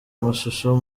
mashusho